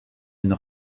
d’une